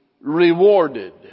rewarded